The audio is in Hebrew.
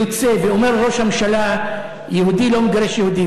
יוצא ואומר לראש הממשלה "יהודי לא מגרש יהודי",